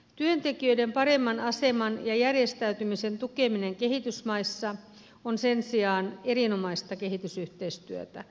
työntekijöiden paremman aseman ja järjestäytymisen tukeminen kehitysmaissa on sen sijaan erinomaista kehitysyhteistyötä